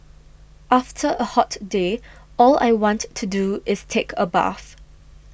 after a hot day all I want to do is take a bath